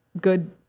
good